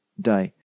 day